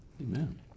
Amen